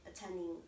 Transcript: attending